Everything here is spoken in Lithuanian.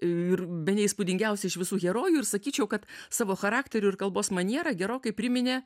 ir bene įspūdingiausią iš visų herojų ir sakyčiau kad savo charakteriu ir kalbos maniera gerokai priminė